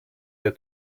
der